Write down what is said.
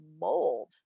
mold